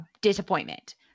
disappointment